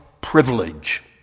privilege